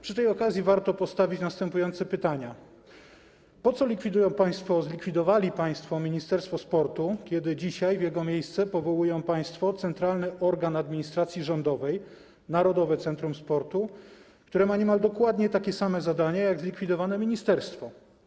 Przy tej okazji warto postawić następujące pytania: Po co likwidują państwo, zlikwidowali państwo Ministerstwo Sportu, skoro dzisiaj w jego miejsce powołują państwo centralny organ administracji rządowej Narodowe Centrum Sportu, które ma niemal dokładnie takie same zadania jak zlikwidowane ministerstwo?